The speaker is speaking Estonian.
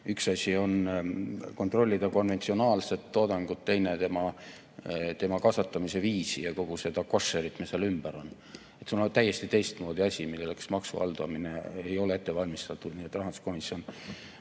Üks asi on kontrollida konventsionaalset toodangut, teine asi tema kasvatamise viisi ja kogu seda koššerit, mis seal ümber on. See on täiesti teistmoodi asi, milleks maksuhaldur ei ole ette valmistatud. Nii et rahanduskomisjoni